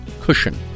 cushion